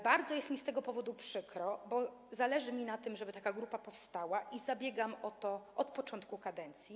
Bardzo jest mi z tego powodu przykro, bo zależy mi na tym, żeby taka grupa powstała, i zabiegam o to od początku kadencji.